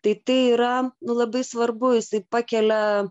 tai tai yra labai svarbu jisai pakelia